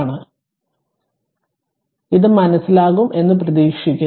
അതിനാൽ ഇത് മനസിലാക്കും പ്രതീക്ഷിക്കുന്നു